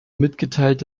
mitgeteilt